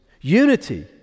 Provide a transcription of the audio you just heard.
unity